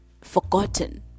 forgotten